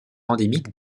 endémique